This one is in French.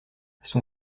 son